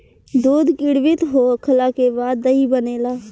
दूध किण्वित होखला के बाद दही बनेला